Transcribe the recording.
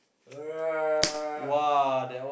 oh yeah